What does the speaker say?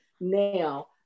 Now